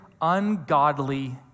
ungodly